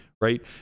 right